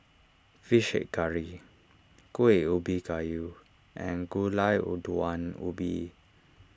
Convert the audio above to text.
Fish Head Curry Kueh Ubi Kayu and Gulai Wu Daun Ubi